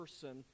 person